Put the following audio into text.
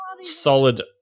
solid